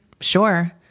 sure